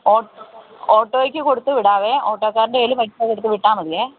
ഓ ഓട്ടോയ്ക്ക് കൊടുത്തു വിടാവേ ഓട്ടോക്കാരൻ്റെ കയ്യിൽ പൈസ കൊടുത്തു വിട്ടാൽ മതിയെ